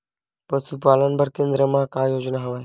पशुपालन बर केन्द्र म का योजना हवे?